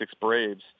Braves